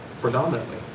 predominantly